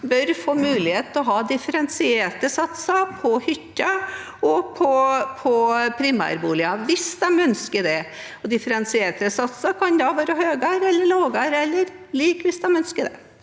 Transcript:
bør få mulighet til å ha differensierte satser på hytter og primærboliger hvis de ønsker det. Differensierte satser kan være høyere, lavere eller like,